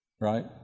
Right